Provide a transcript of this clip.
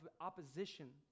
opposition